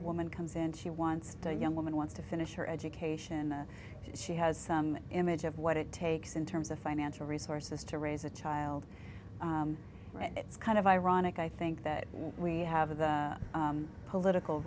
woman comes in she wants to a young woman wants to finish her education that she has some image of what it takes in terms of financial resources to raise a child and it's kind of ironic i think that we have the political